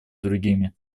другими